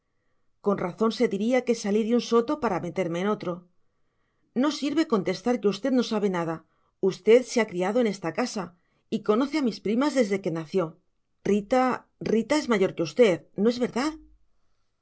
con razón se diría que salí de un soto para meterme en otro no sirve contestar que usted no sabe nada usted se ha criado en esta casa y conoce a mis primas desde que nació rita rita es mayor que usted no es verdad